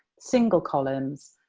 single-columns,